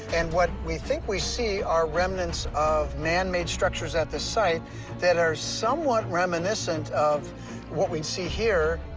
and what we think we see are remnants of man-made structures at this site that are somewhat reminiscent of what we see here.